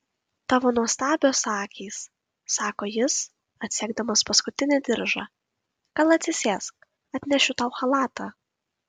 tavo nuostabios akys sako jis atsegdamas paskutinį diržą gal atsisėsk atnešiu tau chalatą